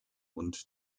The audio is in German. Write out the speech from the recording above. und